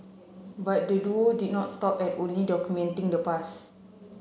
but the duo did not stop at only documenting the past